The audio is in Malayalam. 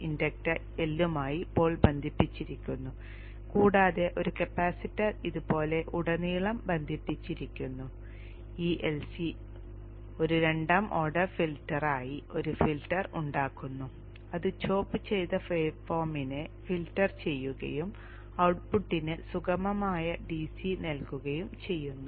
ഇൻഡക്ടർ L യുമായി പോൾ ബന്ധിപ്പിച്ചിരിക്കുന്നു കൂടാതെ ഒരു കപ്പാസിറ്റർ ഇതുപോലെ ഉടനീളം ബന്ധിപ്പിച്ചിരിക്കുന്നു കൂടാതെ ഈ LC ഒരു രണ്ടാം ഓർഡർ ഫിൽട്ടറായി ഒരു ഫിൽട്ടർ ഉണ്ടാക്കുന്നു അത് ചോപ്പ് ചെയ്ത വേവ് ഫോമിനെ ഫിൽട്ടർ ചെയ്യുകയും ഔട്ട്പുട്ടിന് സുഗമമായ DC നൽകുകയും ചെയ്യുന്നു